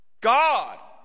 God